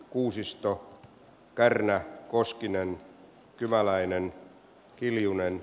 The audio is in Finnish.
kuusisto kaarina koskinen kymäläinen kiljunen